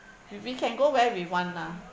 we can go where we want lah